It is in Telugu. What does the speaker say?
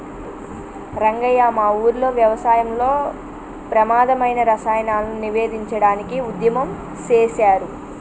రంగయ్య మా ఊరిలో వ్యవసాయంలో ప్రమాధమైన రసాయనాలను నివేదించడానికి ఉద్యమం సేసారు